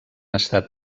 estat